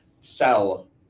sell